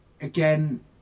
again